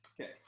Okay